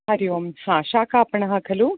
हरि ओम् सा शाकापणः खलु